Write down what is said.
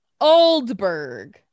Oldberg